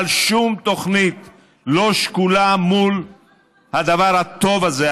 אבל שום תוכנית לא שקולה לדבר הטוב הזה,